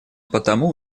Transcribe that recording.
потому